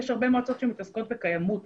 יש הרבה מועצות שמתעסקות בקיימות